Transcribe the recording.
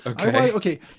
Okay